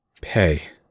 Pay